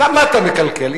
למה אתה מקלקל?